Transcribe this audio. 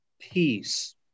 peace